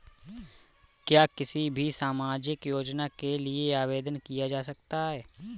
क्या किसी भी सामाजिक योजना के लिए आवेदन किया जा सकता है?